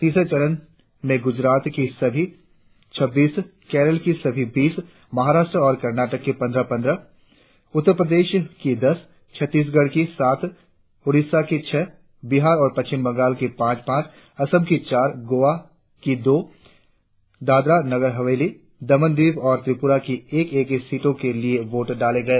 तीसरे चरण में गुजरात की सभी छब्बीस केरल की सभी बीस महाराष्ट्र और कर्नाटक की चौदह चौदह उत्तर प्रदेश की दस छत्तिसगढ़ की सात ओडिसा की छह बिहार और पश्चिम बंगाल की पांच पांच असम की चार गोवा की दो दादरा नगरहवेली दमण दीव और त्रिपुरा की एक एक सीट के लिए वोट डाले गए